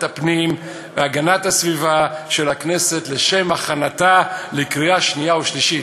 הפנים והגנת הסביבה של הכנסת לשם הכנתה לקריאה שנייה ושלישית.